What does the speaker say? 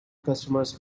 customers